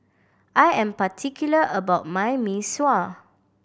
I am particular about my Mee Sua